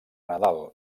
nadal